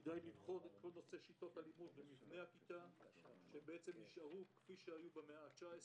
כל נושא שיטות הלימוד ומבנה הכיתה שנשארו כפי שהיו במאה ה-19,